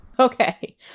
Okay